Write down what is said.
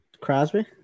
Crosby